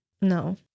No